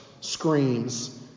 screams